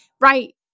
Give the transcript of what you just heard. Right